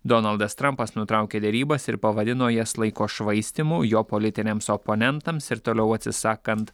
donaldas trampas nutraukė derybas ir pavadino jas laiko švaistymu jo politiniams oponentams ir toliau atsisakant